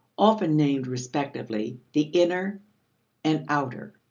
often named respectively the inner and outer,